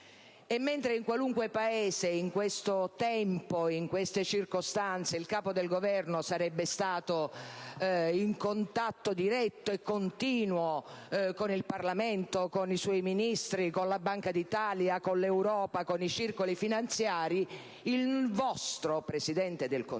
Mentre in qualunque Paese, in queste circostanze, il Capo del Governo sarebbe stato in contatto diretto e continuo con il Parlamento, con i suoi Ministri, con la Banca d'Italia, con l'Europa e con i circoli finanziari, il vostro Presidente del Consiglio